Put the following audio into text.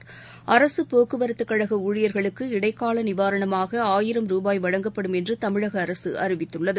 அரகப் போக்குவரத்துக்கழகஊழியர்களுக்கு இடைக்காலநிவாரணமாகஆயிரம் ருபாய் வழங்கப்படும் என்றுதமிழகஅரசுஅறிவித்துள்ளது